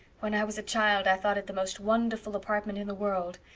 when i was a child i thought it the most wonderful apartment in the world.